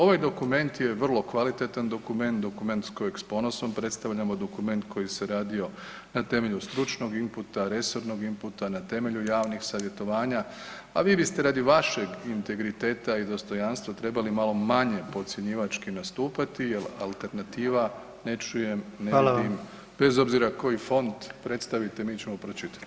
Ovaj dokument je vrlo kvalitetan dokument, dokument kojeg s ponosom predstavljamo, dokument koji se radio na temelju stručnog inputa, resornog inputa, na temelju javnih savjetovanja, a vi bi ste radi vašeg integriteta i dostojanstva trebali malo manje podcjenjivački nastupati ... alternativa „ne čujem, ne vidim“ bez obzira koji font predstavite, mi ćemo pročitati.